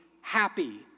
happy